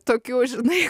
tokių žinai